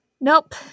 Nope